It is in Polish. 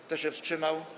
Kto się wstrzymał?